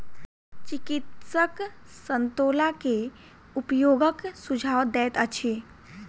चिकित्सक संतोला के उपयोगक सुझाव दैत अछि